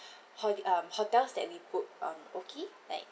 ho~ um hotels that we booked um okay like